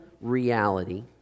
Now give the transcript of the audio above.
reality